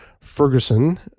Ferguson